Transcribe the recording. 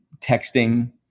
texting